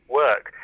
work